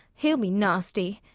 he'll be nasty.